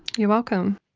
you're welcome.